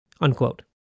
unquote